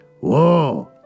Whoa